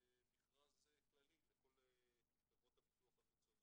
למכרז כללי לכל חברות הביטוח החיצוניות.